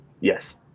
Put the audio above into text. Yes